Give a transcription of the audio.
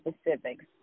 specifics